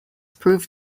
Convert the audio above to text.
proved